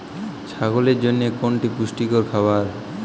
ছাগলের জন্য কোনটি পুষ্টিকর খাবার?